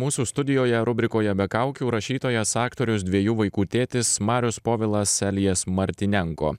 mūsų studijoje rubrikoje be kaukių rašytojas aktorius dviejų vaikų tėtis marius povilas elijas martynenka